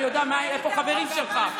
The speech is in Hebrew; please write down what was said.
אני יודע איפה החברים שלך.